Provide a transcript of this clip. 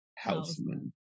houseman